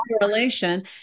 correlation